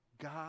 God